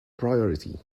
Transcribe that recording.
priority